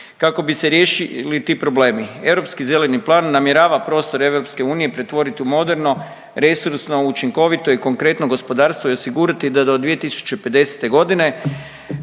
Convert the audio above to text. kako bi se riješili ti problemi. Europski zeleni plan namjerava prostor Europske unije pretvoriti u moderno, resursno, učinkovito i konkretno gospodarstvo i osigurati da do 2050. godine